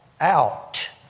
out